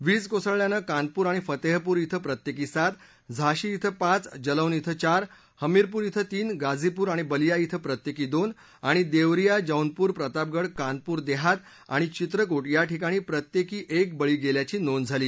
वीज कोसळल्यानं कानपूर आणि फतेहपूर इथं प्रत्येकी सात झाशी इथं पाच जलौन इथं चार हमीरपूर इथं तीन गाझीपूर आणि बलिया इथं प्रत्येकी दोन आणि देवरिया जौनपूर प्रतापगड कानपूर देहात आणि चित्रकूाच्या ठिकाणी प्रत्येकी एक बळी गेल्याची नोंद झाली